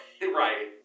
Right